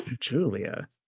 Julia